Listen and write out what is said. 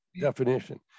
definition